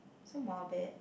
so morbid